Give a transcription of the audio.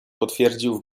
potwierdził